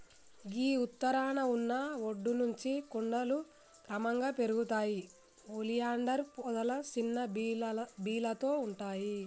గీ ఉత్తరాన ఉన్న ఒడ్డు నుంచి కొండలు క్రమంగా పెరుగుతాయి ఒలియాండర్ పొదలు సిన్న బీలతో ఉంటాయి